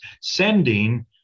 sending